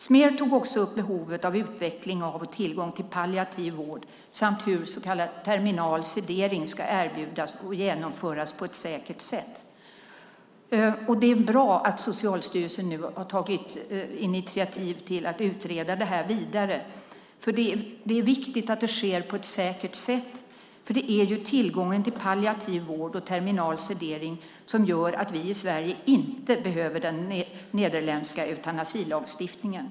Smer tog också upp behovet av utveckling av och tillgång till palliativ vård samt hur så kallad terminal sedering ska erbjudas och genomföras på ett säkert sätt. Det är bra att Socialstyrelsen nu har tagit initiativ till att utreda det här vidare. Det är viktigt att det sker på ett säkert sätt, för det är tillgången till palliativ vård och terminal sedering som gör att vi i Sverige inte behöver den nederländska eutanasilagstiftningen.